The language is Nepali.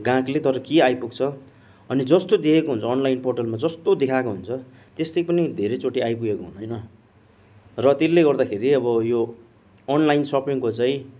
ग्राहकले तर के आइपुग्छ अनि जस्तो देखेको हुन्छ अनलाइन पोर्टलमा जस्तो देखाएको हुन्छ त्यस्तै पनि धेरैचोटि आइपुगेको हुँदैन र त्यसले गर्दाखेरि अब यो अनलाइन सपिङको चाहिँ